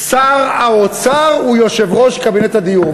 שר האוצר הוא יושב-ראש קבינט הדיור.